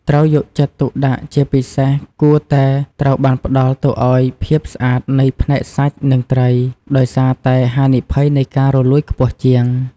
ត្រូវយកចិត្តទុកដាក់ជាពិសេសគួរតែត្រូវបានផ្តល់ទៅឱ្យភាពស្អាតនៃផ្នែកសាច់និងត្រីដោយសារតែហានិភ័យនៃការរលួយខ្ពស់ជាង។